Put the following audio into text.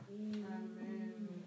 Amen